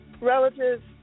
relatives